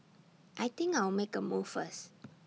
I think I'll make A move first